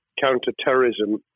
counter-terrorism